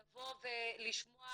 לבוא ולשמוע